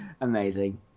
Amazing